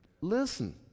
listen